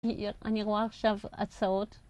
אני רואה עכשיו הצעות.